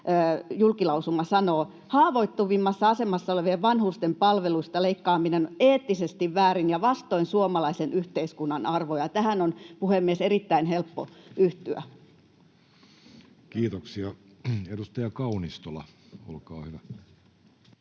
julkilausuma sanoo: ”Haavoittuvimmassa asemassa olevien vanhusten palveluista leikkaaminen on eettisesti väärin ja vastoin suomalaisen yhteiskunnan arvoja.” Tähän on, puhemies, erittäin helppo yhtyä. [Speech 74] Speaker: Jussi Halla-aho